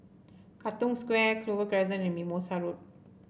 Katong Square Clover Crescent and Mimosa Road